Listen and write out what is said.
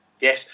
Yes